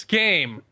game